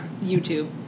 YouTube